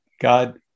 God